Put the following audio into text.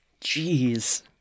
Jeez